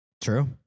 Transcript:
True